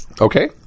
Okay